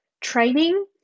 training